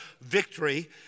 victory